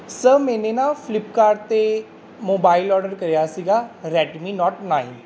sir ਮੈਨੇ ਨਾ Flipkart 'ਤੇ ਮੋਬਾਈਲ ਆਰਡਰ ਕਰਿਆ ਸੀਗਾ ਰੈਡਮੀ ਨੋਟ ਨਾਈਨ